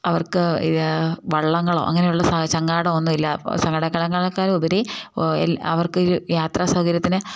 അവർക്ക് വള്ളങ്ങളോ അങ്ങനെയുള്ള ചങ്ങാടമോ ഒന്നും ഇല്ല അപ്പോൾ സങ്കടകടങ്ങളേക്കാൾ ഉപരി അവർക്ക് ഒരു യാത്രാ സൗകര്യത്തിന്